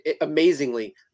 Amazingly